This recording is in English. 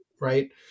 Right